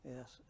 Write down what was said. Yes